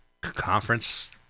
conference